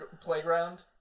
playground